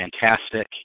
fantastic